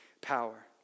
power